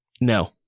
No